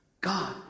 God